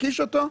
תקיש אותו,